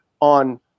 on